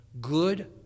Good